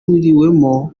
ihuriwemo